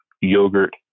yogurt